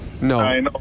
No